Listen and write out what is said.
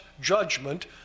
judgment